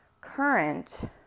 current